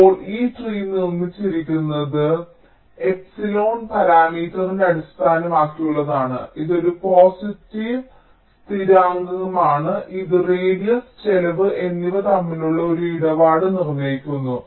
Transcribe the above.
ഇപ്പോൾ ഈ ട്രീ നിർമ്മിച്ചിരിക്കുന്നത് എപ്സിലോൺ പാരാമീറ്ററിനെ അടിസ്ഥാനമാക്കിയുള്ളതാണ് ഇത് ഒരു പോസിറ്റീവ് സ്ഥിരാങ്കമാണ് ഇത് റേഡിയസ് ചെലവ് എന്നിവ തമ്മിലുള്ള ഒരു ഇടപാട് നിർണ്ണയിക്കുന്നു